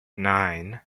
nine